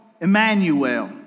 Emmanuel